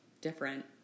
different